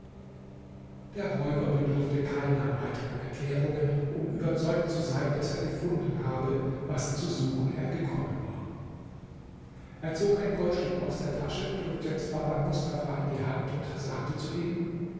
der räuber bedurfte keine weiteren erklärungen um überzeugt zu sein daß er gefunden habe was zu suchen er gekommen war er zog ein goldstück aus der tasche drückte es baba mustafa in die hand und sagte zu ihm